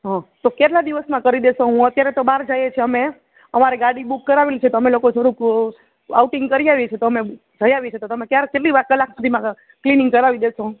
હં તો કેટલા દિવસમાં કરી દેશો હું અત્યારે તો બહાર જઈએ છીએ અમે અમારે ગાડી બુક કરાવેલી છે તો અમે લોકો થોડુંક ઓ આઉટિંગ કરી આવીએ છીએ તો અમે જઈ આવીએ છે તો તમે ક્યાર કેટલી વાર કલાક સુધીમાં ક્લિનિગ કરાવી દેશો